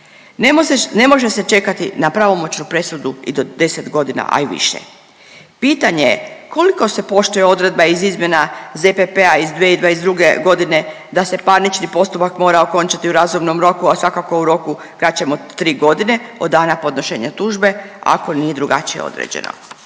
Ne može se čekati na pravomoćnu presudu i do 10 godina, a i više. Pitanje je, koliko se poštuje odredba iz izmjena ZPP-a iz 2022. g. da se parnični postupak mora okončati u razumnom roku, a svakako u roku kraćem od 3 godine od dana podnošenja tužbe, ako nije drugačije određeno?